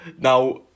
now